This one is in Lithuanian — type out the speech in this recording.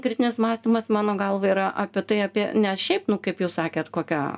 kritinis mąstymas mano galva yra apie tai apie ne šiaip nu kaip jūs sakėt kokia